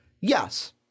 yes